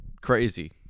crazy